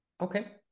Okay